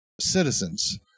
citizens